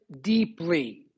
deeply